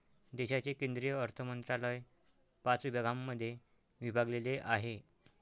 देशाचे केंद्रीय अर्थमंत्रालय पाच विभागांमध्ये विभागलेले आहे